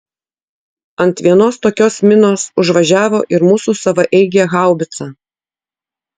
ant vienos tokios minos užvažiavo ir mūsų savaeigė haubica